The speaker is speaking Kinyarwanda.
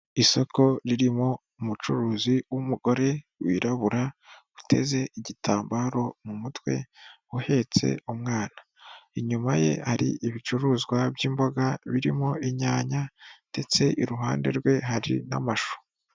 Isoko ririmo umucuruzi w'umugore wirabura uteze igitambaro mu mutwe uhetse umwana, inyuma ye hari ibicuruzwa by'imboga birimo inyanya ndetse iruhande rwe hari n'amashu.